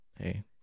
Hey